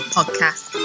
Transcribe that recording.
Podcast